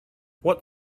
what